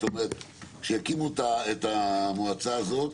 כשיקימו את המועצה הזו,